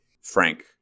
Frank